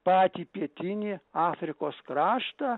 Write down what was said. patį pietinį afrikos kraštą